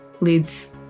leads